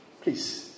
Please